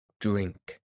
Drink